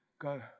go